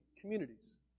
communities